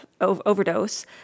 overdose